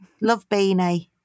Love-beanie